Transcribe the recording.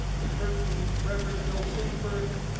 we heard from reverend bill sinkford.